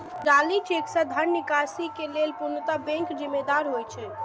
जाली चेक सं धन निकासी के लेल पूर्णतः बैंक जिम्मेदार होइ छै